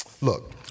Look